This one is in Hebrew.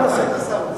אתה היית שר האוצר,